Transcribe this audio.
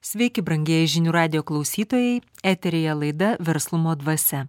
sveiki brangieji žinių radijo klausytojai eteryje laida verslumo dvasia